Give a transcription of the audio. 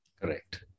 Correct